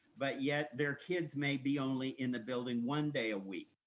but yet their kids may be only in the building one day a week?